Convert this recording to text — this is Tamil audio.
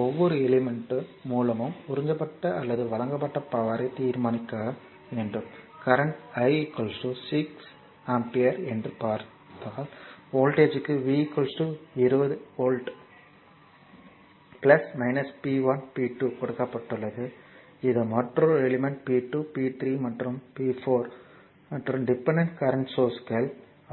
ஒவ்வொரு எலிமெண்ட் மூலமும் உறிஞ்சப்பட்ட அல்லது வழங்கப்பட்ட பவர்யை தீர்மானிக்கவும் கரண்ட் I 6 ஆம்பியர் என்று பார்த்தால் வோல்ட்டேஜ்க்கு V 20 வோல்ட் P 1 P 2 கொடுக்கப்பட்டுள்ளது இது மற்றொரு எலிமெண்ட் P 2 P 3 மற்றும் P 4 மற்றொரு டிபெண்டன்ட் கரண்ட் சோர்ஸ்கள் ஆகும்